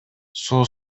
суу